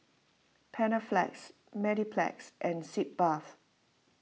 Panaflex Mepilex and Sitz Bath